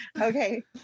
Okay